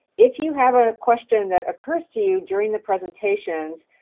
if you have a question that occurs to you during the presentations,